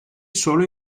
solo